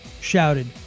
shouted